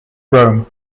rome